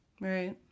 Right